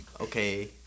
okay